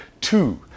Two